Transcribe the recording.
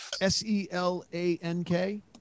S-e-l-a-n-k